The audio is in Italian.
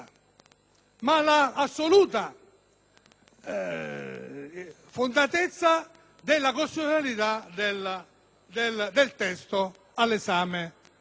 fondatezza della costituzionalità del testo all'esame della Giunta stessa.